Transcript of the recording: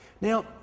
Now